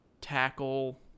tackle